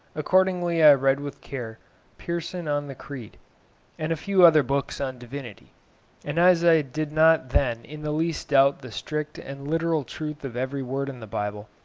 accordingly i read with care pearson on the creed and a few other books on divinity and as i did not then in the least doubt the strict and literal truth of every word in the bible,